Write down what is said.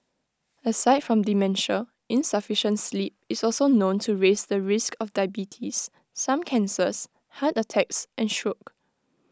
aside from dementia insufficient sleep is also known to raise the risk of diabetes some cancers heart attacks and stroke